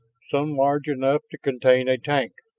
some large enough to contain a tank,